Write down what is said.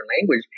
language